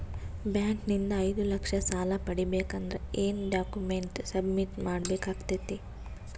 Bank ನಿಂದ ಐದು ಲಕ್ಷ ಸಾಲ ಪಡಿಬೇಕು ಅಂದ್ರ ಏನ ಡಾಕ್ಯುಮೆಂಟ್ ಸಬ್ಮಿಟ್ ಮಾಡ ಬೇಕಾಗತೈತಿ?